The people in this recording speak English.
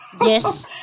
Yes